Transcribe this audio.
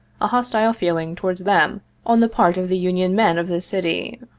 a hostile feeling towards them on the part of the union men of this city.